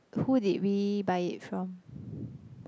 who did we buy it from